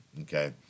Okay